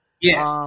Yes